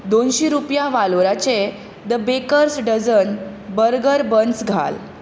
दोनशीं रुपया वालोराचे the baker's dozen burger buns घाल